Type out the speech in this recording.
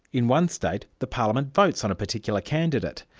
in one state, the parliament votes on a particular candidate.